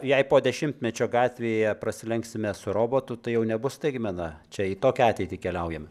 jei po dešimtmečio gatvėje prasilenksime su robotu tai jau nebus staigmena čia į tokią ateitį keliaujame